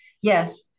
Yes